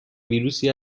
ویروسی